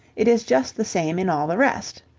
it is just the same in all the rest,